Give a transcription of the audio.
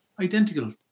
Identical